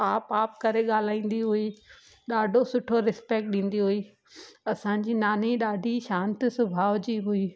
आप आप करे ॻाल्हाईंदी हुई ॾाढो सुठो रिस्पैक्ट ॾींदी हुई असांजी नानी ॾाढी शांत स्वभाव जी हुई